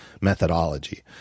methodology